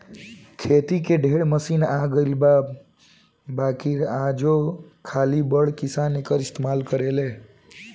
खेती के ढेरे मशीन आ गइल बा बाकिर आजो खाली बड़ किसान एकर इस्तमाल करेले